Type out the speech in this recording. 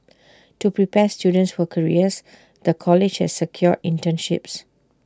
to prepare students for careers the college has secured internships